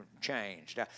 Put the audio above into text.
changed